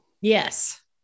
Yes